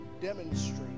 demonstrate